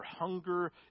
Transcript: hunger